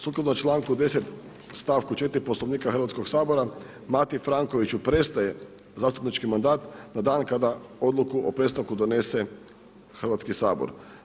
Sukladno članku 10. stavku 4. Poslovnika Hrvatskog sabora, Mati Frankoviću prestaje zastupnički mandat na dan kada Odluku o prestanku donese Hrvatski sabor.